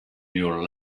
your